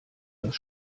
das